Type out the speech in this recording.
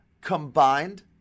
combined